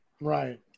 right